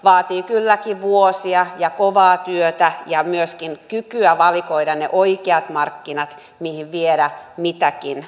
vaatii kylläkin vuosia ja kovaa työtä ja myöskin kykyä valikoida ne oikeat markkinat mihin viedä mitäkin tutkintoa